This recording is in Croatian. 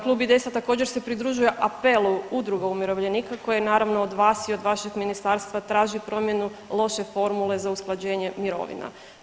Klub IDS-a također se pridružuje apelu Udruga umirovljenika koje naravno od vas i od vašeg ministarstva traže promjenu loše formule za usklađenje mirovina.